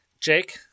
Jake